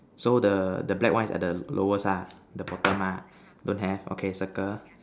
so the the black one is at the lowest ah the bottom ah don't have okay circle